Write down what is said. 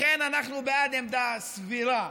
לכן אנחנו בעד עמדה סבירה,